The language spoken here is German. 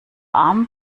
arm